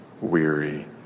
weary